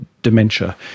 dementia